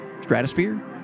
stratosphere